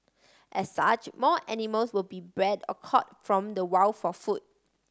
as such more animals will be bred or caught from the wild for food